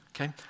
okay